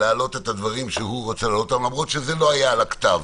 להעלות את הדברים שהוא רוצה להעלות אף על פי שזה לא היה על הכתב.